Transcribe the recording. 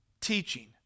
teaching